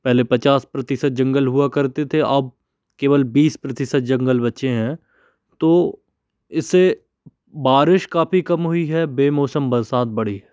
पहले पचास प्रतिशत जंगल हुआ करते थे अब केवल बीस प्रतिशत जंगल बच्चे हैं तो इसे बारिश काफ़ी कम हुई है बे मौसम बरसात बढ़ी है